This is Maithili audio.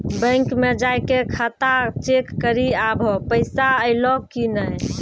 बैंक मे जाय के खाता चेक करी आभो पैसा अयलौं कि नै